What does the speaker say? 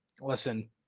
listen